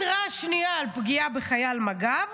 התרעה שנייה על פגיעה בחייל מג"ב,